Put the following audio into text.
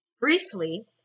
briefly